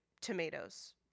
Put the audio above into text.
tomatoes